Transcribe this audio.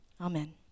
amen